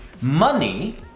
money